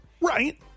Right